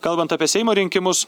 kalbant apie seimo rinkimus